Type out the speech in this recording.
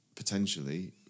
Potentially